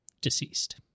deceased